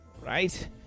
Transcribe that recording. Right